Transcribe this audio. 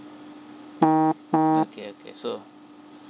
okay okay so